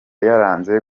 yaranze